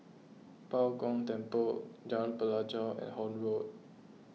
Bao Gong Temple Jalan Pelajau and Horne Road